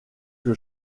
que